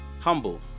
Humble